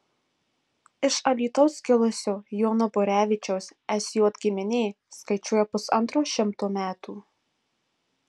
iš alytaus kilusio jono borevičiaus sj giminė skaičiuoja pusantro šimto metų